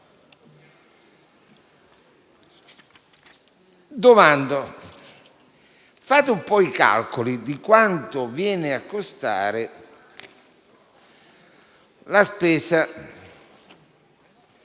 porvi. Fate un po' i calcoli di quanto viene a costare la spesa